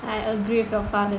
I agree with your father